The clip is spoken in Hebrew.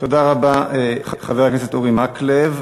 תודה רבה לחבר הכנסת אורי מקלב.